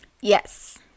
Yes